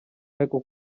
ariko